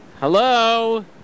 Hello